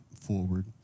forward